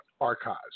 archives